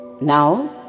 Now